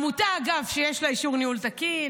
עמותה, אגב, שיש לה אישור ניהול תקין,